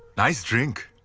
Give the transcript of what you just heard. nice drink.